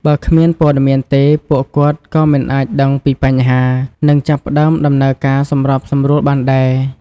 បើគ្មានព័ត៌មានទេ ពួកគាត់ក៏មិនអាចដឹងពីបញ្ហា និងចាប់ផ្ដើមដំណើរការសម្របសម្រួលបានដែរ។